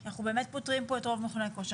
כי אנחנו באמת פוטרים פה את רוב מכוני הכושר.